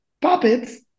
Puppets